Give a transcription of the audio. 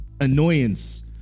annoyance